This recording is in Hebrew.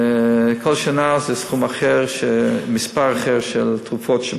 כל שנה זה מכניסים מספר אחר של תרופות.